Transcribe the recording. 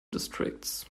districts